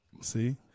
See